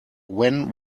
when